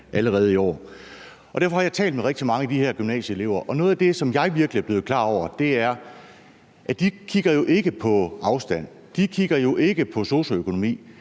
allerede i år. Derfor har jeg talt med rigtig mange af de her gymnasieelever, og noget af det, som jeg virkelig er blevet klar over, er, at de jo ikke kigger på afstand, at de ikke kigger på socioøkonomi;